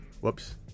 Whoops